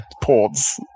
ports